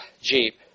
Jeep